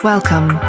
Welcome